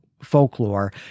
folklore